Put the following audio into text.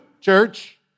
church